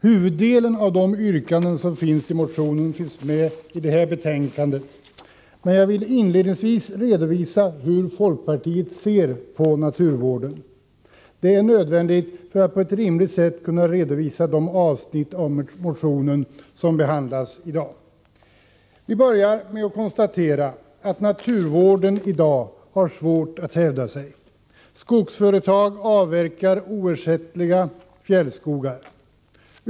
Huvuddelen av de yrkanden som finns i motionen är med i detta betänkande 11, men jag vill inledningsvis redovisa hur folkpartiet ser på naturvården. Det är nödvändigt för att på ett rimligt sätt kunna redovisa de avsnitt av motionen som behandlas i dag. Vi börjar med att konstatera att naturvården i dag har svårt att hävda sig. Skogsföretag avverkar oersättliga fjällskogar.